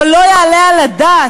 אבל לא יעלה על הדעת